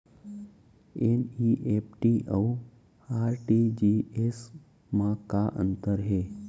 NEFT अऊ RTGS मा का अंतर हे?